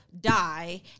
die